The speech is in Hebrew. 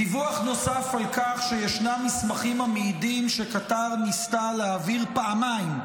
דיווח נוסף על כך שישנם מסמכים המעידים שקטר ניסתה להעביר פעמיים,